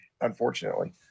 unfortunately